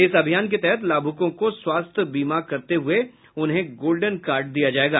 इस अभियान के तहत लाभुकों को स्वास्थ्य बीमा करते हुए उन्हें गोल्डन कार्ड दिया जायेगा